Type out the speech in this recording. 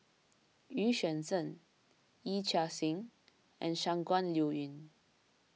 Xu Yuan Zhen Yee Chia Hsing and Shangguan Liuyun